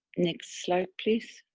next slide please.